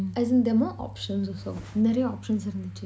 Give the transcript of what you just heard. as in there are more options also நிறைய:neraya options இருந்துச்சி:irunthuchi